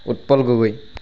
Utpal Gogoi